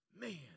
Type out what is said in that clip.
Man